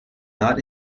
not